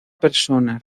persona